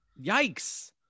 yikes